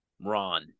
Ron